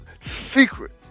secret